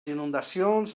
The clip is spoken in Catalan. inundacions